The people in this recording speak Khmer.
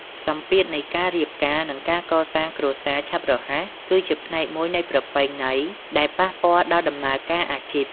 សម្ពាធនៃការរៀបការ និងការកសាងគ្រួសារឆាប់រហ័ស គឺជាផ្នែកមួយនៃប្រពៃណីដែលប៉ះពាល់ដល់ដំណើរការអាជីព។